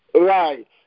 Right